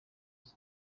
iki